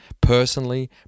personally